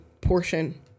portion